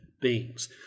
beings